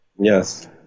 Yes